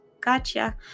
Gotcha